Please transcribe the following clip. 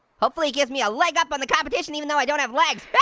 hopefully it gives me a leg up on the competition, even though i don't have legs. but